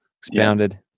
expounded